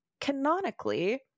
canonically